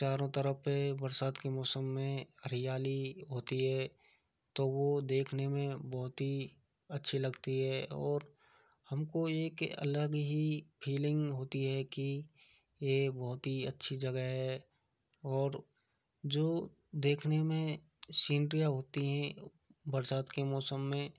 चारों तरफ़ पर बरसात के मौसम में हरियाली होती है तो वो देखने में बहुत ही अच्छी लगती है और हम को एक अलग ही फीलिंग होती है कि ये बहुत ही अच्छी जगह है और जो देखने में सीनरियाँ होती है बरसात के मौसम में